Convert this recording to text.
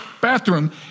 bathroom